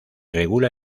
regula